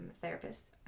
therapist